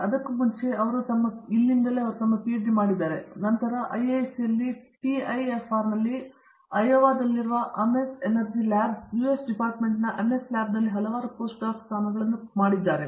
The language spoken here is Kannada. ಇದಕ್ಕೂ ಮುಂಚೆ ಅವರು ಇಲ್ಲಿ ತಮ್ಮ ಪಿಎಚ್ಡಿ ಮಾಡಿದ್ದಾರೆ ಮತ್ತು ನಂತರ ಅವರು ಐಐಎಸ್ಸಿ ಯಲ್ಲಿ ಟಿಐಎಫ಼್ಆರ್ ನಲ್ಲಿ ಅಯೋವಾದಲ್ಲಿರುವ ಅಮೆಸ್ ಎನರ್ಜಿ ಲ್ಯಾಬ್ ಯುಎಸ್ ಡಿಪಾರ್ಟ್ಮೆಂಟ್ನ ಅಮೆಸ್ ಲ್ಯಾಬ್ನಲ್ಲಿ ಹಲವಾರು ಪೋಸ್ಟ್ ಡಾಕ್ ಸ್ಥಾನಗಳನ್ನು ಮಾಡಿದ್ದಾರೆ